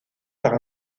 par